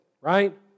right